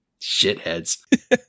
shitheads